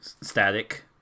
static